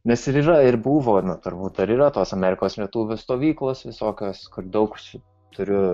nes yra ir buvo na turbūt dar yra tos amerikos lietuvių stovyklos visokios kur daug turiu